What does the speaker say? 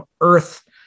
earth